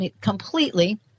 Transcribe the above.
completely